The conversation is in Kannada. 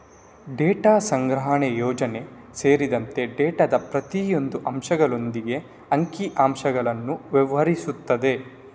ಡೇಟಾ ಸಂಗ್ರಹಣೆಯ ಯೋಜನೆ ಸೇರಿದಂತೆ ಡೇಟಾದ ಪ್ರತಿಯೊಂದು ಅಂಶಗಳೊಂದಿಗೆ ಅಂಕಿ ಅಂಶಗಳು ವ್ಯವಹರಿಸುತ್ತದೆ